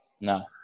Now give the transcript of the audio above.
No